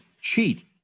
cheat